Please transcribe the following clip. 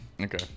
Okay